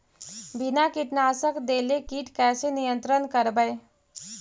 बिना कीटनाशक देले किट कैसे नियंत्रन करबै?